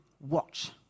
watch